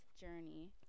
journey